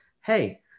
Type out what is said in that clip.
hey